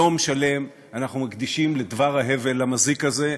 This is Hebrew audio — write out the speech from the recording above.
יום שלם אנחנו מקדישים לדבר ההבל המזיק הזה,